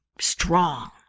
strong